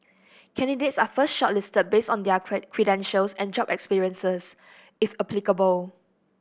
candidates are first shortlisted based on their credentials and job experiences if applicable